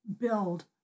build